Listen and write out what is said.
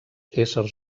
éssers